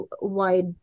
wide